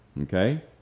Okay